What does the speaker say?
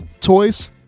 toys